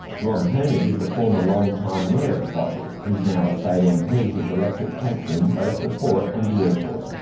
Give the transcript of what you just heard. ron hoenig is a former long-time mayor of botany, he's now a state mp whose electorate takes in both the port and the airport.